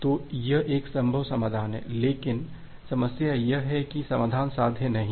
तो यह एक संभव समाधान है लेकिन समस्या यह है कि यह समाधान साध्य नहीं है